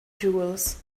jewels